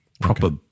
proper